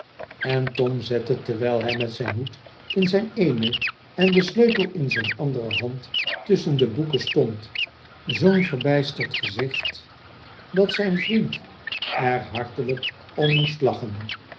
en tom zette terwijl hij met zijn hoed in zijn eene en den sleutel in zijn andere hand tusschen de boeken stond zoo'n verbijsterd gezicht dat zijn vriend er hartelijk om moest lachen